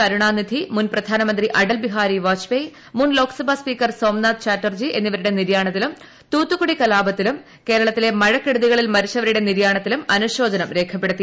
കരുണാനിധി മുൻ പ്രധാനമന്ത്രി അടൽബിഹാരി വാജ്പേയ് മുൻ ലോക്സഭാ സ്പീക്കർ സോമനാഥ് ചാറ്റർജി എന്നിവരുടെ നിര്യാണത്തിലും തൂത്തുക്കുടി കലാപത്തിലും കേരളത്തിലെ മഴക്കെടുതികളിൽ മരിച്ചവരുടെ നിര്യാണത്തിലും അനുശോചനം രേഖപ്പെടുത്തി